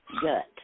gut